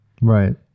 Right